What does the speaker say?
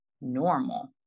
normal